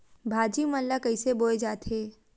भाजी मन ला कइसे बोए जाथे?